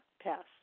Pass